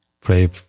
pray